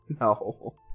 No